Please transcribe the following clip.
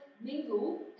mingle